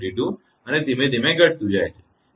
32 અને ધીમે ધીમે ઘટતુ જાય છે